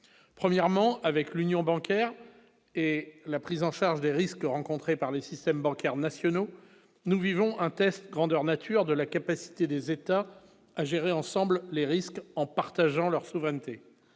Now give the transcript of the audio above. premièrement avec l'union bancaire et la prise en charge des risques rencontrés par les systèmes bancaires nationaux, nous vivons un test grandeur nature de la capacité des États à gérer ensemble les risques en partageant leur souveraineté,